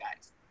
guys